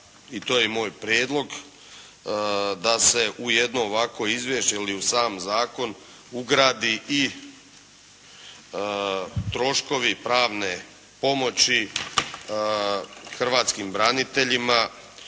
i to je i moj prijedlog da se u jedno ovakvo izvješće ili u sam zakon ugradi i troškovi pravne pomoći hrvatskim braniteljima